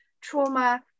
trauma